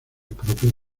propios